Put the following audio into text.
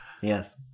Yes